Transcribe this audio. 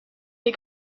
des